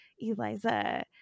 Eliza